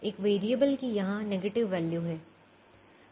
एक वेरिएबल की यहां नेगेटिव वैल्यू है